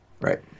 Right